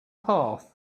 path